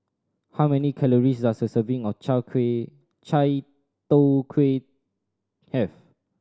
how many calories does a serving of chao kuay Chai Tow Kuay have